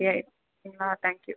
சரி சரிங்களா thank you